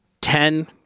ten